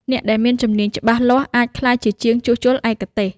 អ្នកដែលមានជំនាញច្បាស់លាស់អាចក្លាយជាជាងជួសជុលឯកទេស។